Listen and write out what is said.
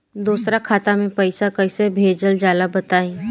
दोसरा खाता में पईसा कइसे भेजल जाला बताई?